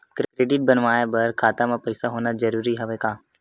Credit बनवाय बर खाता म पईसा होना जरूरी हवय का?